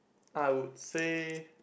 I would say